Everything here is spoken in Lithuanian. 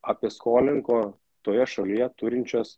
apie skolininko toje šalyje turinčias